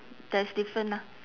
there's different ah